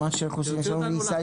מה מצבנו?